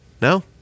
No